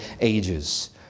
ages